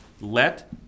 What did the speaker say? let